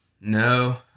no